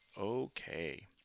Okay